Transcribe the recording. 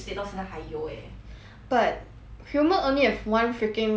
but human only have one freaking mouth how many lipsticks do you need